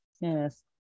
Yes